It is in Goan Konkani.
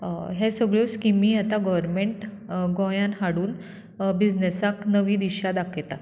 हें सगळ्यो स्किमी आता गर्वमेंट गोंयांत हाडून बिजनेसाक नवी दिशा दाखयता